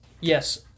Yes